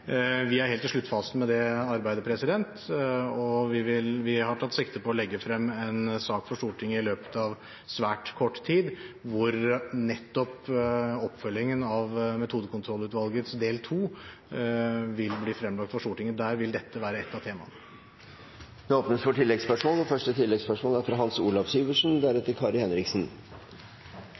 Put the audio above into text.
å legge frem en sak for Stortinget i løpet av svært kort tid, hvor nettopp oppfølgingen av Metodekontrollutvalgets innstilling del II vil bli fremlagt for Stortinget. Der vil dette være ett av temaene. Det åpnes for oppfølgingsspørsmål – først Hans Olav Syversen. Menneskesmugling og det første